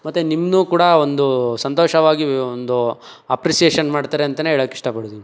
ಮತ್ತು ನಿಮ್ಮನ್ನು ಕೂಡ ಒಂದು ಸಂತೋಷವಾಗಿ ಒಂದು ಅಪ್ರಿಸಿಯೇಷನ್ ಮಾಡ್ತಾರೆ ಅಂತ ಹೇಳಕ್ ಇಷ್ಟಪಡ್ತೀನಿ